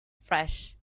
fresh